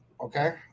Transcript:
okay